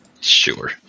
Sure